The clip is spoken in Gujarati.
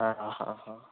હા હા હા